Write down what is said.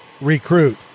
recruit